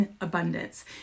abundance